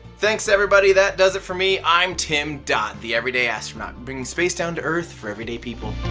thanks everybody, that does it for me. i'm tim dodd, the everyday astronaut, bringing space down to earth for everyday people.